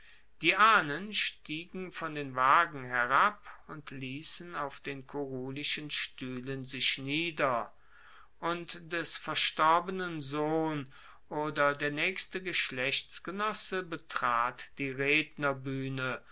die ahnen stiegen von den wagen herab und liessen auf den kurulischen stuehlen sich nieder und des verstorbenen sohn oder der naechste geschlechtsgenosse betrat die